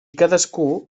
cadascú